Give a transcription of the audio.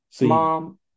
mom